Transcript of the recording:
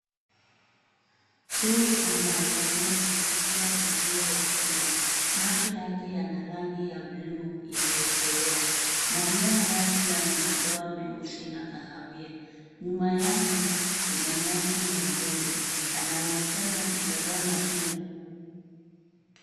Chui anaaangalia kupitia uzio wa chuma. Macho yake yana rangi ya buluu iliyokolea. Manyoya yake yana madoa meusi na kahawia. Nyuma yake kuna nyasi na udongo. Anaonekana akitazama juu.